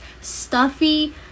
stuffy